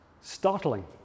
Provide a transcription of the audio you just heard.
startling